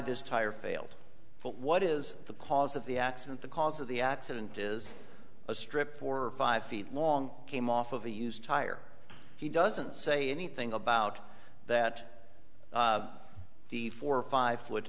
this tire failed what is the cause of the accident the cause of the accident is a strip four or five feet long came off of a used tire he doesn't say anything about that the four five foot